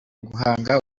guhanga